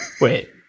Wait